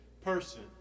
person